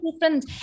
different